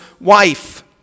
wife